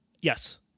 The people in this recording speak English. Yes